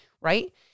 right